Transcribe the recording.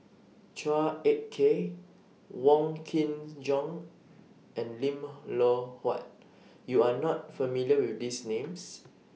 Chua Ek Kay Wong Kin Jong and Lim Loh Huat YOU Are not familiar with These Names